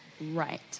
Right